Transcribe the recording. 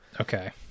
Okay